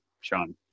sean